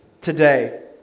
today